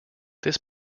this